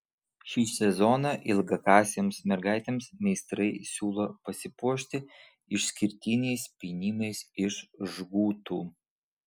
šį sezoną ilgakasėms mergaitėms meistrai siūlo pasipuošti išskirtiniais pynimais iš žgutų